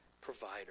provider